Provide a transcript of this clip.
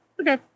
Okay